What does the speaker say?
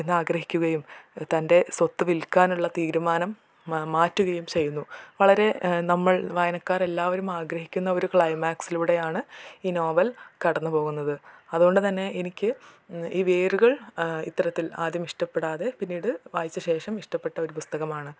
എന്നാഗ്രഹിക്കുകയും തൻ്റെ സ്വത്ത് വിൽക്കാനുള്ള തീരുമാനം മാറ്റുകയും ചെയ്യുന്നു വളരെ നമ്മൾ വായനക്കാർ എല്ലാവരും ആഗ്രഹിക്കുന്ന ഒരു ക്ലൈമാക്സിലൂടെയാണ് ഈ നോവൽ കടന്ന് പോകുന്നത് അതു കൊണ്ട് തന്നെ എനിക്ക് ഈ വേരുകൾ ഇത്തരത്തിൽ ആദ്യം ഇഷ്ടപ്പെടാതെ പിന്നീട് വായിച്ച ശേഷം ഇഷ്ടപ്പെട്ട ഒരു പുസ്തകമാണ്